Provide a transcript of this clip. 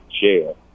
Jail